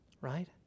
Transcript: right